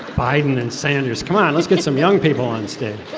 biden and sanders. come on. let's get some young people on stage. but.